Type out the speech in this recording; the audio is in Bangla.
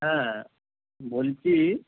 হ্যাঁ বলছি